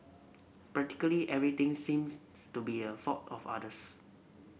practically everything seems to be a fault of others